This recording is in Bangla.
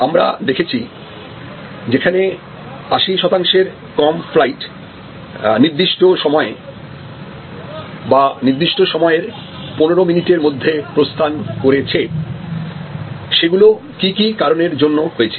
আমরা দেখেছি যেখানে 80 শতাংশের কম ফ্লাইট নির্দিষ্ট সময়ে বা নির্দিষ্ট সময়ের 15 মিনিটের মধ্যে প্রস্থান করেছে সেগুলো কি কি কারণের জন্য হয়েছে